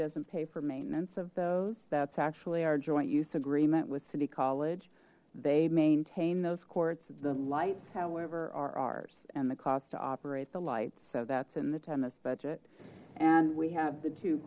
doesn't pay for maintenance of those that's actually our joint use agreement with city college they maintain those courts the lights however our rs and the cost to operate the lights so that's in the tennis budget and we have the two